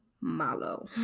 malo